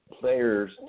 players